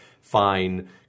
fine